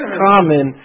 common